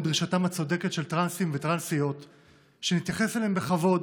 דרישתם הצודקת של טרנסים וטרנסיות שנתייחס אליהם בכבוד,